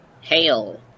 Hail